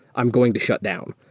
i'm going to shut down.